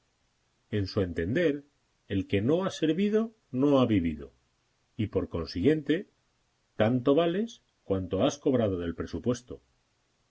en su entender el que no ha servido no ha vivido y por consiguiente tanto vales cuanto has cobrado del presupuesto